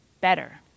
better